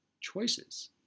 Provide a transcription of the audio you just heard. choices